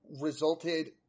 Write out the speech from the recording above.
resulted –